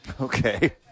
Okay